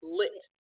lit